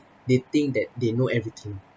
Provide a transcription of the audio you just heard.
they think that they know everything